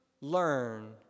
learn